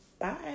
Bye